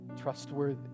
trustworthy